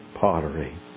pottery